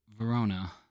Verona